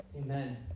Amen